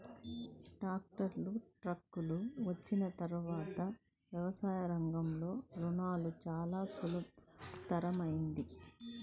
tractor, ట్రక్కులు వచ్చిన తర్వాత వ్యవసాయ రంగంలో రవాణా చాల సులభతరమైంది